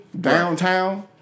downtown